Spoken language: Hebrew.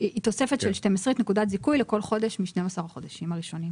היא תוספת של שתים עשרית נקודת זיכוי לכל חודש מ-12 החודשים הראשונים.